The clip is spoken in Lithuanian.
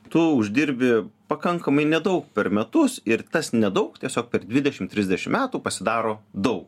tu uždirbi pakankamai nedaug per metus ir tas nedaug tiesiog per dvidešimt trisdešimt metų pasidaro daug